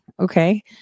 Okay